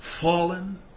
fallen